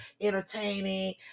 entertaining